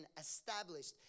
established